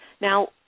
Now